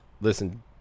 Listen